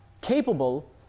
capable